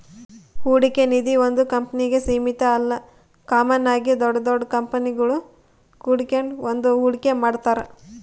ಹೂಡಿಕೆ ನಿಧೀ ಒಂದು ಕಂಪ್ನಿಗೆ ಸೀಮಿತ ಅಲ್ಲ ಕಾಮನ್ ಆಗಿ ದೊಡ್ ದೊಡ್ ಕಂಪನಿಗುಳು ಕೂಡಿಕೆಂಡ್ ಬಂದು ಹೂಡಿಕೆ ಮಾಡ್ತಾರ